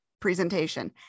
presentation